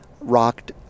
rocked